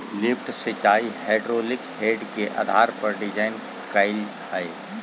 lift सिंचाई hydraulic head के आधार पर डिजाइन कइल हइ